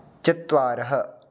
चत्वारः